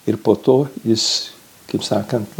ir po to jis kaip sakant